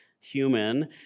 human